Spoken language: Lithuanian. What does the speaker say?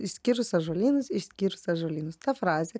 išskyrus ąžuolynus išskyrus ąžuolynus ta frazė